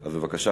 אז בבקשה,